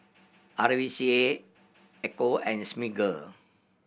R V C A Ecco and Smiggle